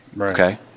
Okay